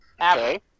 Okay